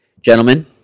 Gentlemen